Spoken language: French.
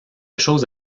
chose